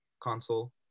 console